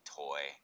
toy